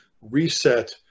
reset